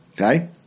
Okay